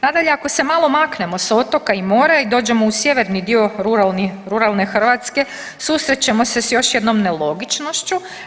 Nadalje ako se malo maknemo s otoka i mora i dođemo u sjeverni dio ruralne Hrvatske susrećemo se s još jedno nelogičnošću.